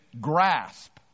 grasp